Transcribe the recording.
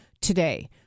today